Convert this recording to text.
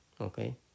Okay